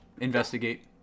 Investigate